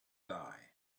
die